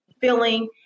feeling